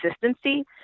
consistency